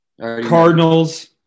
Cardinals